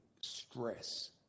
stress